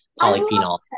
polyphenol